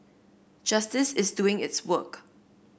justice is doing its work